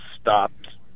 stopped